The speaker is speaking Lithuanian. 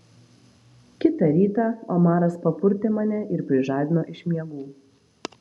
kitą rytą omaras papurtė mane ir prižadino iš miegų